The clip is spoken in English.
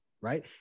Right